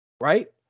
right